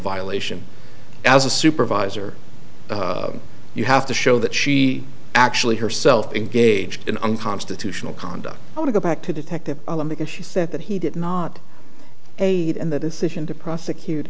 violation as a supervisor you have to show that she actually herself engaged in unconstitutional conduct i want to go back to detective because she said that he did not aid in the decision to prosecute